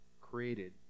created